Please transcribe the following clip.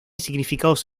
significados